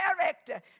character